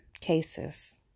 cases